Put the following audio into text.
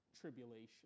tribulation